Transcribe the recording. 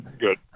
good